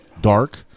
Dark